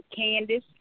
Candice